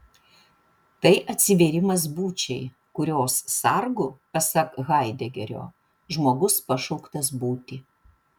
tai atsivėrimas būčiai kurios sargu pasak haidegerio žmogus pašauktas būti